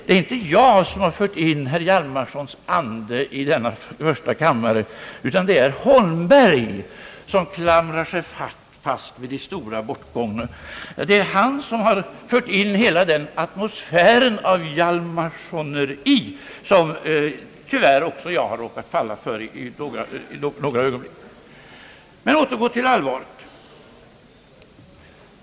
Det är inte jag som fört in herr Hjalmarson i debatten här i första kammaren, utan det är herr Holmberg som klamrar sig fast vid de stora bortgångna. Det är han som fört in hela den atmosfär av hjalmarsoneri som även jag råkat falla för några ögonblick. Låt oss återgå till allvaret.